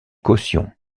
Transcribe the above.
caution